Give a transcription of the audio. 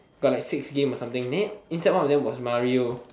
got like six game or something then inside one of them was like mario